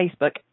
Facebook